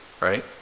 Right